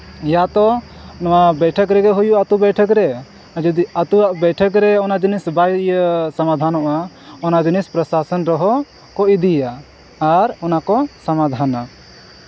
ᱤᱭᱟᱛᱚ ᱱᱚᱣᱟ ᱵᱳᱭᱴᱷᱚᱠ ᱨᱮᱜᱮ ᱦᱩᱭᱩᱜᱼᱟ ᱟᱛᱳ ᱵᱳᱭᱴᱷᱚᱠ ᱨᱮ ᱡᱩᱫᱤ ᱟᱹᱛᱩᱣᱟᱜ ᱵᱳᱭᱴᱷᱚᱠ ᱨᱮ ᱚᱱᱟ ᱡᱤᱱᱤᱥ ᱵᱟᱭ ᱤᱭᱟᱹ ᱥᱚᱢᱟᱫᱷᱟᱱᱚᱜᱼᱟ ᱚᱱᱟ ᱡᱤᱱᱤᱥ ᱯᱨᱚᱥᱟᱥᱚᱱ ᱨᱮᱦᱚᱸ ᱠᱚ ᱤᱫᱤᱭᱟ ᱟᱨ ᱚᱱᱟᱠᱚ ᱥᱚᱢᱟᱫᱷᱟᱱᱟ